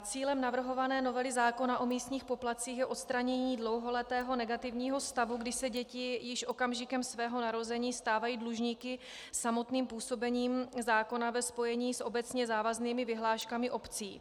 Cílem navrhované novely zákona o místních poplatcích je odstranění dlouholetého negativního stavu, kdy se děti již okamžikem svého narození stávají dlužníky samotným působením zákona ve spojení s obecně závaznými vyhláškami obcí.